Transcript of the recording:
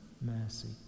mercy